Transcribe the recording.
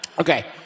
Okay